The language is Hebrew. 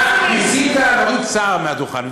אתה ניסית להוריד שר מהדוכן,